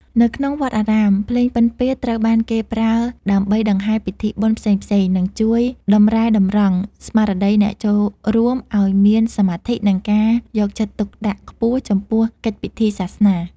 នៅក្នុងវត្តអារាម ភ្លេងពិណពាទ្យត្រូវបានគេប្រើដើម្បីដង្ហែពិធីបុណ្យផ្សេងៗ និងជួយតម្រែតម្រង់ស្មារតីអ្នកចូលរួមឱ្យមានសមាធិ និងការយកចិត្តទុកដាក់ខ្ពស់ចំពោះកិច្ចពិធីសាសនា។